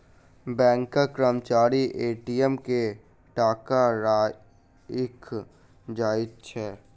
बैंकक कर्मचारी ए.टी.एम मे टाका राइख जाइत छै